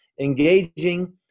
engaging